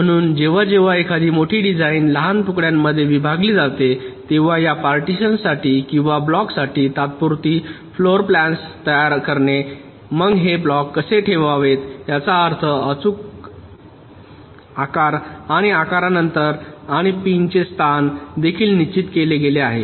म्हणून जेव्हा जेव्हा एखादी मोठी डिझाइन लहान तुकड्यांमध्ये विभागली जाते तेव्हा या पार्टीशन साठी किंवा ब्लॉक साठी तात्पुरती फ्लोरप्लेन्स तयार करणे मग हे ब्लॉक कसे ठेवावेत याचा अर्थ अचूक आकार आणि आकारानंतर आणि पिनचे स्थान देखील निश्चित केले गेले आहे